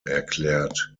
erklärt